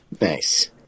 Nice